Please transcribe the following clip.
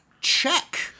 Check